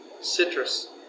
Citrus